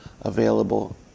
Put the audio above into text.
available